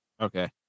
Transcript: okay